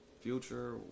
future